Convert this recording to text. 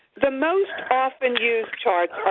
the most often used charts are